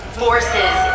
forces